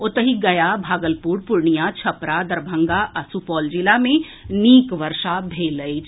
ओतहि गया भागलपुर पूर्णियां छपरा दरभंगा आ सुपौल जिला मे नीक वर्षा भेल अछि